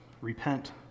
repent